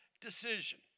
decision